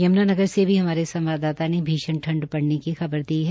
यम्नागनर से हमारे संवाददाता ने भीषण ठंड पड़ने की खबर दी है